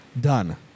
Done